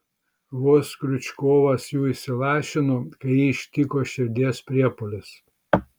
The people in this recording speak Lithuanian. vos kriučkovas jų įsilašino kai jį ištiko širdies priepuolis